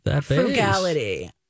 frugality